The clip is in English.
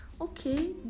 okay